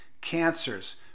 Cancers